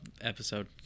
episode